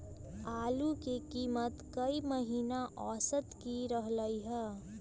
आलू के कीमत ई महिना औसत की रहलई ह?